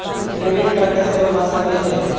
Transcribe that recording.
Credit card कैसे बनबा सकली हे?